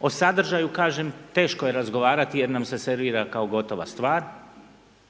o sadržaju kažem teško je razgovarati jer nam se servira kao gotova stvar,